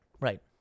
Right